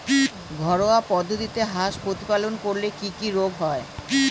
ঘরোয়া পদ্ধতিতে হাঁস প্রতিপালন করলে কি কি রোগ হয়?